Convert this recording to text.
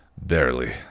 Barely